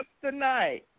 tonight